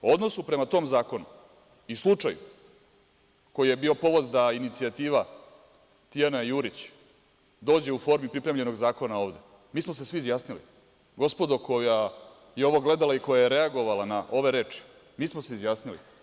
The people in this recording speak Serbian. O odnosu prema tom zakonu i slučaju koji je bio povod da inicijativa „Tijana Jurić“ dođe u formi pripremljenog zakona ovde, mi smo se svi izjasnili, gospodo koja je ovo gledala i koja je reagovala na ove reči, mi smo se izjasnili.